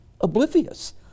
oblivious